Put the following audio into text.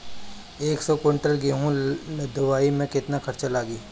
एक सौ कुंटल गेहूं लदवाई में केतना खर्चा लागी?